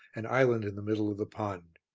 an island in the middle of the pond.